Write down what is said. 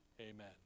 Amen